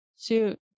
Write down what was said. Shoot